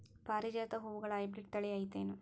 ಪಾರಿಜಾತ ಹೂವುಗಳ ಹೈಬ್ರಿಡ್ ಥಳಿ ಐತೇನು?